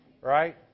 Right